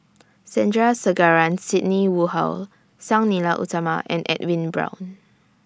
Sandrasegaran Sidney Woodhull Sang Nila Utama and Edwin Brown